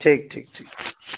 ٹھیک ٹھیک ٹھیک